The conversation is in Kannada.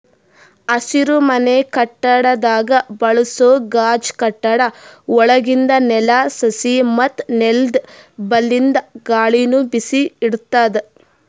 ಹಸಿರುಮನೆ ಕಟ್ಟಡದಾಗ್ ಬಳಸೋ ಗಾಜ್ ಕಟ್ಟಡ ಒಳಗಿಂದ್ ನೆಲ, ಸಸಿ ಮತ್ತ್ ನೆಲ್ದ ಬಲ್ಲಿಂದ್ ಗಾಳಿನು ಬಿಸಿ ಇಡ್ತದ್